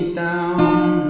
down